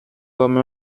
comme